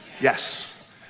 Yes